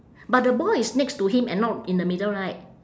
but the ball is next to him and not in the middle right